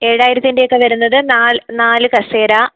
ഏഴായിരത്തിൻ്റെ ഒക്കെ വരുന്നത് നാല് നാല് കസേര